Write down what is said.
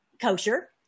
kosher